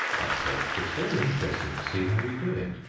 i said, it's very interesting to see how you do it,